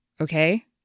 Okay